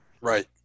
Right